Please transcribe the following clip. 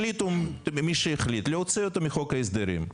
מישהו החליט להוציא אותו מחוק ההסדרים.